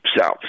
South